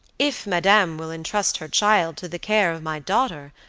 if madame will entrust her child to the care of my daughter,